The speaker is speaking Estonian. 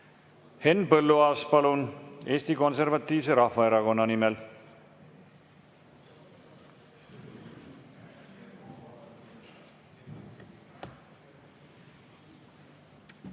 Henn Põlluaas, palun, Eesti Konservatiivse Rahvaerakonna nimel!